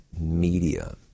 media